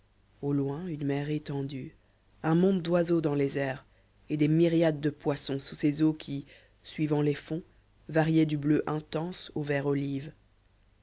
au loin une mer étendue un monde d'oiseaux dans les airs et des myriades de poissons sous ces eaux qui suivant les fonds variaient du bleu intense au vert olive